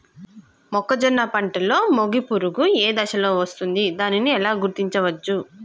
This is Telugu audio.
మొక్కజొన్న పంటలో మొగి పురుగు ఏ దశలో వస్తుంది? దానిని ఎలా గుర్తించవచ్చు?